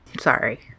Sorry